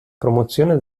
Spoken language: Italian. promozione